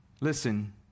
Listen